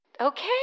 Okay